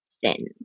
thin